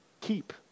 keep